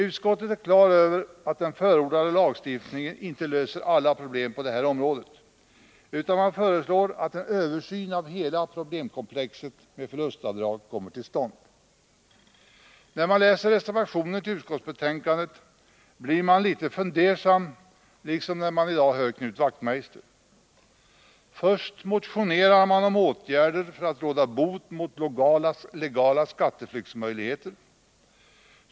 Utskottet är på det klara med att den förordade lagstiftningen inte löser alla problem på detta område, och man föreslår att en översyn av hela problemkomplexet med förlustavdrag kommer till stånd. När man läser reservationen till utskottsbetänkandet blir man litet fundersam, liksom när man i dag hör Knut Wachtmeister. Först motionerar man om åtgärder för att råda bot på legala skatteflyktsmöjligheter.